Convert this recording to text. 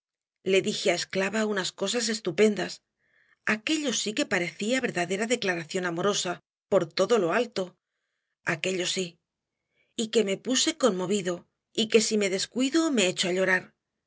le dije á esclava unas cosas estupendas aquello sí que parecía verdadera declaración amorosa por todo lo alto aquello sí y que me puse conmovido y que si me descuido me echo á llorar